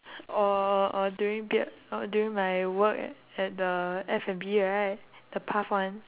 or or during break or during my work at the F&B right the puff one